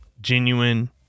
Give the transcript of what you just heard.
genuine